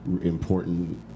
important